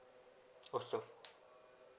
also